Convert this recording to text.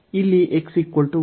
ಇಲ್ಲಿ x y